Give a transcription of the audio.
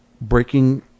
breaking